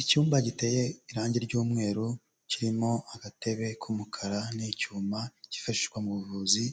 Icyumba giteye irangi ry'umweru kirimo agatebe k'umukara n'icyuma cyifashishwa mu buvuzi